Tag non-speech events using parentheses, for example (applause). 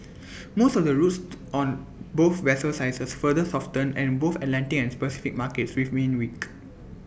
most of the routes on both vessel sizes further softened and both Atlantic and (noise) Pacific markets remained weak